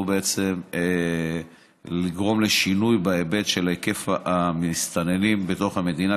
בעצם לגרום לשינוי מבחינת היקף המסתננים במדינה,